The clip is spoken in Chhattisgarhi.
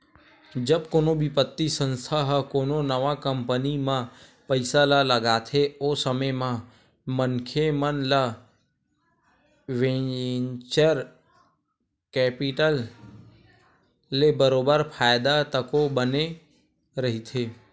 जब कोनो बित्तीय संस्था ह कोनो नवा कंपनी म पइसा ल लगाथे ओ समे म मनखे मन ल वेंचर कैपिटल ले बरोबर फायदा तको बने रहिथे